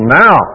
now